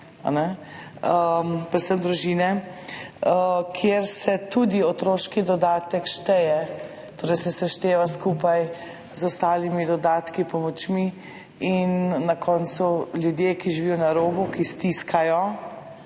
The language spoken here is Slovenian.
se šteje tudi otroški dodatek, torej se sešteva skupaj z ostalimi dodatki, pomočmi in na koncu ljudje, ki živijo na robu, ki stiskajo,